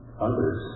others